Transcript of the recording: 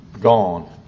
gone